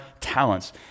talents